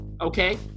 Okay